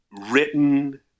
written